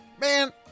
man